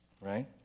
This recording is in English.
right